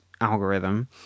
algorithm